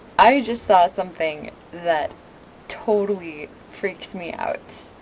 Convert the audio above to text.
i just saw something that totally freaks me out.